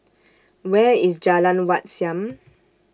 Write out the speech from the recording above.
Where IS Jalan Wat Siam